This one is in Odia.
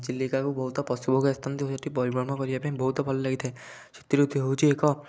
ଚିଲିକାକୁ ବହୁତ ପଶୁ ପକ୍ଷୀ ଆସିଥାନ୍ତି ଓ ସେଇଠି ପରିଭ୍ରମଣ କରିବା ପାଇଁ ବହୁତ ଭଲ ଲାଗିଥାଏ ଶୀତ ଋତୁ ହେଉଛି ଏକ